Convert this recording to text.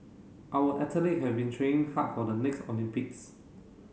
our athlete have been training hard for the next Olympics